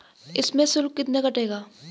इसमें शुल्क कितना कटेगा?